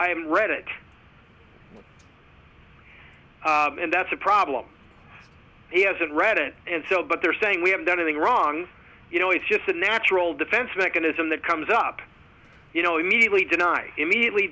i haven't read it and that's a problem he hasn't read it and so but they're saying we have done nothing wrong you know it's just a natural defense mechanism that comes up you know immediately deny immediately